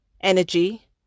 energy